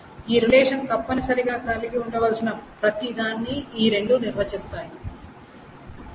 ఈ రిలేషన్ తప్పనిసరిగా కలిగి ఉండవలసిన ప్రతిదాన్ని ఈ రెండు నిర్వచిస్తాయి అంతే